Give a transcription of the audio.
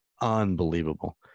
unbelievable